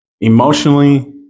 emotionally